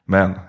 Men